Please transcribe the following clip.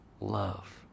love